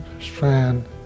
strand